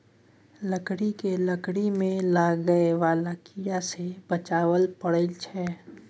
लकड़ी केँ लकड़ी मे लागय बला कीड़ा सँ बचाबय परैत छै